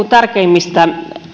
tärkeimmistä